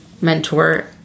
mentor